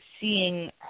seeing